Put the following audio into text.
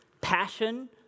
passion